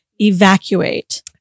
evacuate